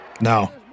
No